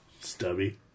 Stubby